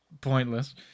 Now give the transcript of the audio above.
pointless